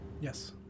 Yes